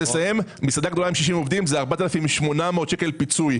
60 עובדים, 4,800 שקל פיצוי.